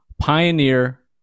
pioneer